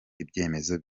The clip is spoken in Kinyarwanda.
ibyemezo